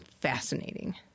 fascinating